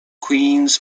queens